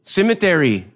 Cemetery